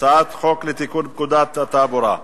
הצעת חוק לתיקון פקודת התעבורה.